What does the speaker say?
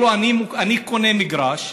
אם אני קונה מגרש,